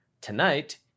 Tonight